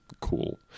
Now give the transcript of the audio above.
cool